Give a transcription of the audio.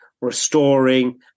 restoring